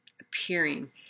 appearing